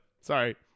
Sorry